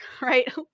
right